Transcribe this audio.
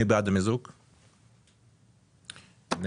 מי בעד מיזוג שתי הצעות החוק?